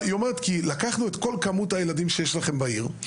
היא אמרה: כי לקחנו את כל הילדים שיש לכם בעיר,